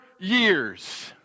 years